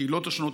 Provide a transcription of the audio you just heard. הקהילות השונות,